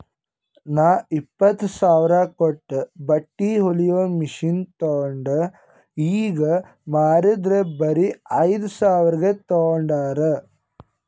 ನಾ ಇಪ್ಪತ್ತ್ ಸಾವಿರ ಕೊಟ್ಟು ಬಟ್ಟಿ ಹೊಲಿಯೋ ಮಷಿನ್ ತೊಂಡ್ ಈಗ ಮಾರಿದರ್ ಬರೆ ಐಯ್ದ ಸಾವಿರ್ಗ ತೊಂಡಾರ್